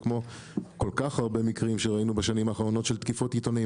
וכמו כל כך הרבה מקרים שראינו בשנים האחרונות של תקיפות עיתונאים.